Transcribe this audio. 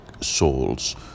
souls